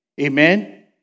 Amen